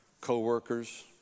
Co-workers